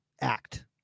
act